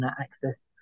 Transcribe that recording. access